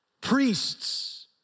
Priests